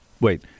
Wait